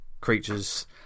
creatures